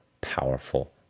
powerful